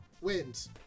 wins